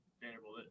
Vanderbilt